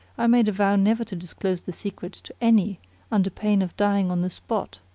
i made a vow never to disclose the secret to any under pain of dying on the spot.